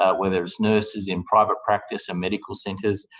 ah whether it's nurses in private practice and medical centres,